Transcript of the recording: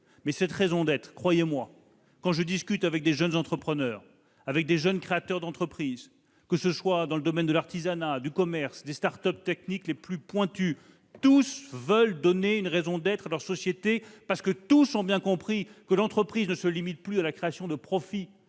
Pour autant, croyez-moi, pour avoir discuté avec de jeunes entrepreneurs, avec de jeunes créateurs d'entreprise, que ce soit dans le domaine de l'artisanat, du commerce ou des start-ups techniques les plus pointues, je puis vous dire que tous veulent donner une raison d'être à leur société, parce que tous ont bien compris que l'entreprise ne se limite plus à la création de profit,